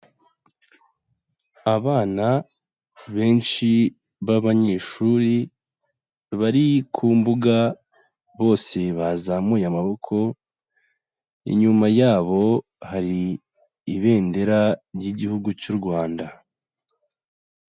Abana benshi b'abanyeshuri bari ku mbuga, bose bazamuye amaboko, inyuma yabo hari ibendera ry'Igihugu cy'u Rwanda.